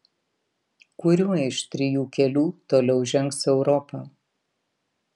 kuriuo iš trijų kelių toliau žengs europa